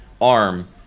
arm